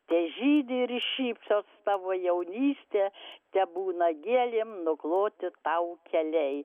težydi ir šypsos tavo jaunystė tebūna gėlėm nukloti tau keliai